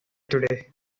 today